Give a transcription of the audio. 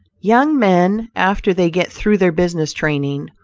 young men after they get through their business training,